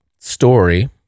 story